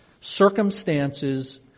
circumstances